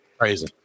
Crazy